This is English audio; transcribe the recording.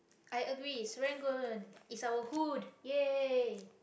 i agree serangoon is our hood !yay!